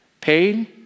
Pain